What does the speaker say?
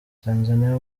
tanzaniya